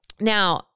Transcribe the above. Now